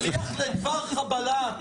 שליח לדבר חבלה.